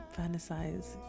fantasize